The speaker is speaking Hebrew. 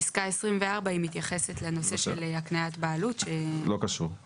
פסקה (24) מתייחסת לנושא של הקניית בעלות שלא קשור.